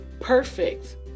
perfect